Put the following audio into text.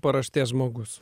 paraštės žmogus